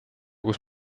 kus